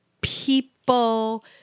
people